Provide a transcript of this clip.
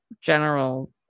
General